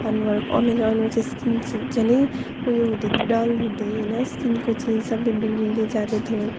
अनुहार अँ मेरो अनुहार चाहिँ स्किन चाहिँ झनै ऊ यो हुँदै डल हुँदै होइन स्किनको चाहिँ सप्पै बिग्रिँदै जाँदैथ्यो